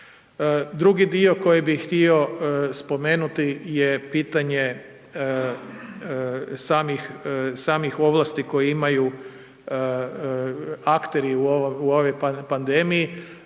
Drugi dio koji bih htio spomenuti je pitanje samih ovlasti koje imaju akteri u ovoj pandemiji.